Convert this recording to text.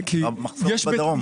המחסור הוא בדרום.